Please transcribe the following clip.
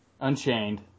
Unchained